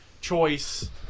choice